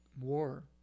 war